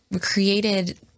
created